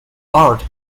art